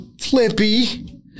flippy